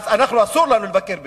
אז לנו אסור לבקר בלוב.